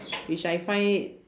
which I find it